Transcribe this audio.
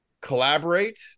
collaborate